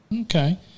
Okay